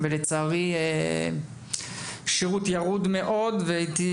לצערי נחשפתי לשירות ירוד מאד וכן הייתי